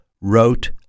wrote